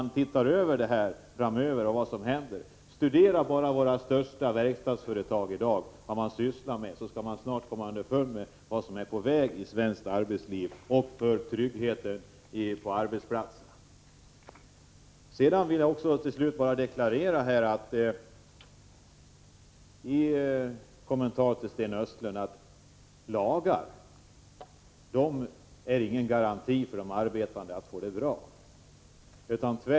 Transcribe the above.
Studera vad de största verkstadsföretagen sysslar med i dag, och ni skall snart komma underfund med vad som är på väg i svenskt arbetsliv och i fråga om tryggheten på arbetsplatserna. Till slut vill jag bara göra den kommentaren till Sten Östlunds inlägg, att lagar är ingen garanti för att de arbetande får det bra.